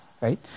right